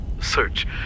Search